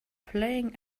playing